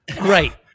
Right